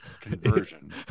conversion